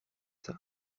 c’est